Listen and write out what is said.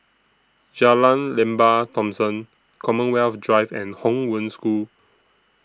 Jalan Lembah Thomson Commonwealth Drive and Hong Wen School